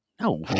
no